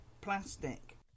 plastic